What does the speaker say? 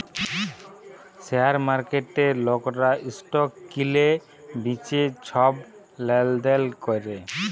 share মার্কেটে লকরা stock কিলে বিঁচে ছব লেলদেল ক্যরে